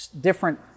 different